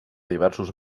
diversos